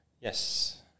Yes